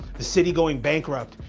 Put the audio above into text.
the city going bankrupt,